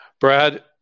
brad